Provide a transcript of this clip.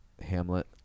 Hamlet